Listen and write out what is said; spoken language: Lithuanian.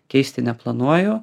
keisti neplanuoju